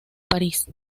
parís